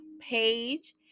page